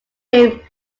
him